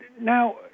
Now